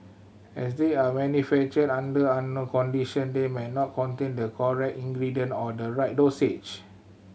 as they are manufactured under unknown condition they may not contain the correct ingredientor the right dosage